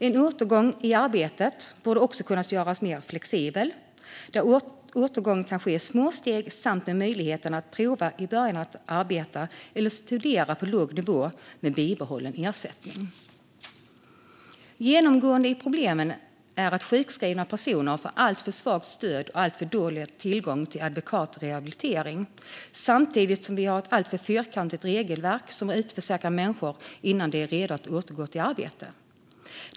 En återgång i arbete borde också kunna göras mycket mer flexibel där återgången kan ske i små steg samt med möjligheten att prova att börja arbeta eller studera på låg nivå med bibehållen ersättning. Genomgående problem är att sjukskrivna personer får alltför svagt stöd och alltför dålig tillgång till adekvat rehabilitering samtidigt som vi har ett alltför fyrkantigt regelverk som utförsäkrar människor innan de är redo att återgå i arbete.